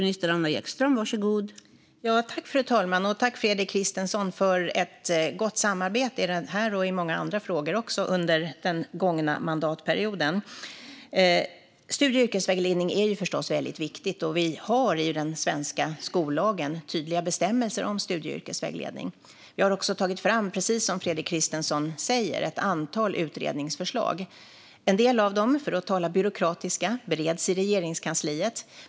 Fru talman! Tack, Fredrik Christensson, för gott samarbete i denna och många andra frågor under den gångna mandatperioden! Studie och yrkesvägledning är förstås väldigt viktigt. Vi har i den svenska skollagen tydliga bestämmelser om studie och yrkesvägledning. Vi har också, precis som Fredrik Christensson säger, tagit fram ett antal utredningsförslag. En del av dem - för att tala byråkratiska - bereds i Regeringskansliet.